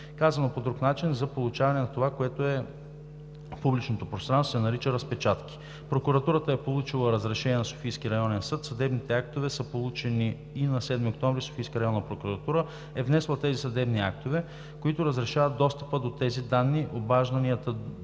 Казано по друг начин – за получаване на това, което в публичното пространство се нарича разпечатки. Прокуратурата е получила разрешение на Софийския районен съд, съдебните актове са получени и на 7 октомври Софийската районна прокуратура е внесла тези съдебни актове, които разрешават достъпа до тези данни, обажданията до